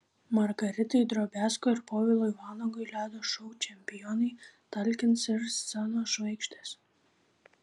margaritai drobiazko ir povilui vanagui ledo šou čempionai talkins ir scenos žvaigždės